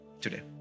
today